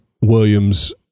Williams